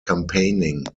campaigning